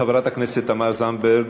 חברת הכנסת תמר זנדברג.